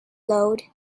load